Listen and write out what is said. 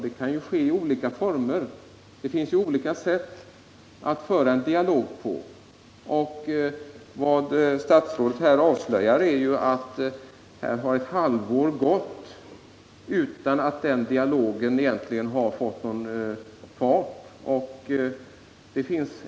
Det kan ju ske i olika former. Det finns olika sätt att föra en dialog på. Vad statsrådet har avslöjat är att det har gått ett halvår utan att denna dialog har kommit i gång.